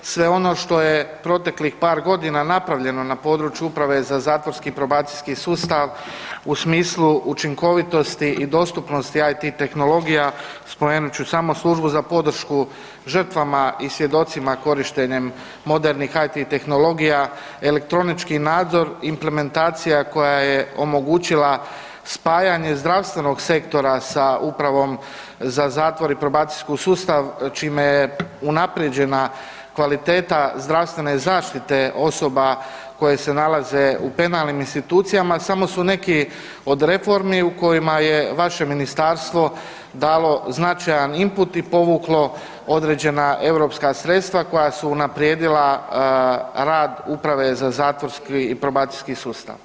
Sve ono što je proteklih par godina napravljeno na području Uprave za zatvorski probacijski sustav u smislu učinkovitosti i dostupnosti IT tehnologija, spomenut ću samo Službu za podršku žrtvama i svjedocima korištenjem modernih IT tehnologija, elektronički nadzor, implementacija koja je omogućila spajanje zdravstvenog sektora sa Upravom za zatvor i probacijski sustav čime je unaprijeđena kvaliteta zdravstvene zaštite osoba koje se nalaze u penalnim institucijama samo su neki od reformi u kojima je vaše ministarstvo dalo značajan imput i povuklo određena europska sredstva koja su unaprijedila rad Uprave za zatvorski i probacijski sustav.